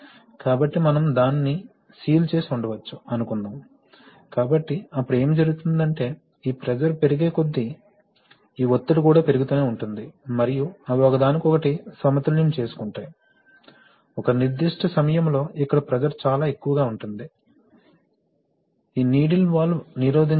కాబట్టి మనం దానిని సీలు చేసి ఉండవచ్చు అనుకుందాం కాబట్టి అప్పుడు ఏమి జరుగుతుందంటే ఈ ప్రెషర్ పెరిగేకొద్దీ ఈ ఒత్తిడి కూడా పెరుగుతూనే ఉంటుంది మరియు అవి ఒకదానికొకటి సమతుల్యం చేసుకుంటాయి ఒక నిర్దిష్ట సమయంలో ఇక్కడ ప్రెషర్ చాలా ఎక్కువగా ఉంటుంది ఈ నీడిల్ వాల్వ్ నిరోధించడానికి